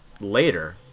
later